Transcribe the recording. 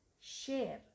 share